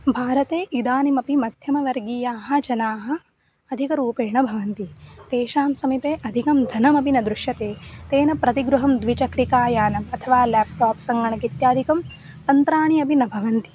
भारते इदानीमपि मध्यमवर्गीयाः जनाः अधिकरूपेण भवन्ति तेषां समीपे अधिकं धनमपि न दृश्यते तेन प्रतिगृहं द्विचक्रिकायानम् अथवा लेप्टाप् सङ्गणकम् इत्यादिकं तन्त्राणि अपि न भवन्ति